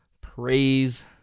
Praise